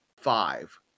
five